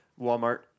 Walmart